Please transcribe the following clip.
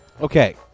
Okay